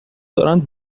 دارند